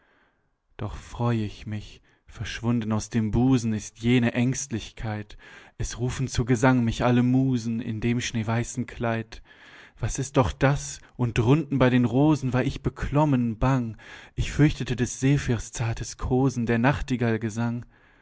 doch freu ich mich verschwunden aus dem busen ist jene aengstlichkeit es rufen zu gesang mich alle musen in dem schneeweißen kleid was ist doch das und drunten bei den rosen war ich beklommen bang ich fürchtete des sephyrs zartes kosen der nachtigall gesang